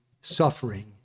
suffering